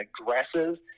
aggressive